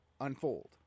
unfold